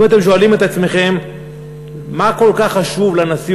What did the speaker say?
אם אתם שואלים את עצמכם מה כל כך חשוב לנשיא